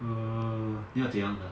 err 你要怎样的